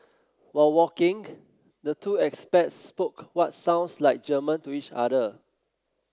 while walking the two expats spoke what sounds like German to each other